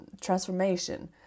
transformation